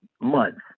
months